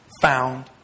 found